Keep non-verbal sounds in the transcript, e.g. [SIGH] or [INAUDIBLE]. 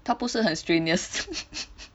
它不是很 strenuous [LAUGHS]